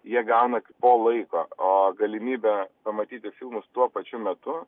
jie gauna po laiko o galimybė pamatyti filmus tuo pačiu metu